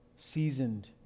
Seasoned